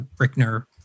Brickner